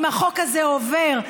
אם החוק הזה עובר,